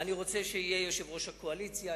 אני רוצה שיהיה יושב-ראש הקואליציה,